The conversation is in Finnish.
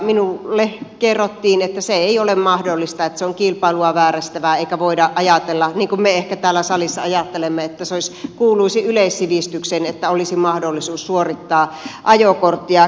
minulle kerrottiin että se ei ole mahdollista että se on kilpailua vääristävää eikä voida ajatella niin kuin me ehkä täällä salissa ajattelemme että se kuuluisi yleissivistykseen että olisi mahdollisuus suorittaa ajokorttia